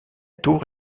tour